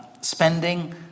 spending